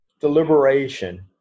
deliberation